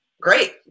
Great